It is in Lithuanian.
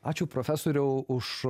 ačiū profesoriau už